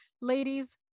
ladies